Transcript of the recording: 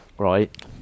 Right